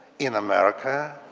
in america,